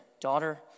daughter